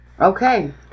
Okay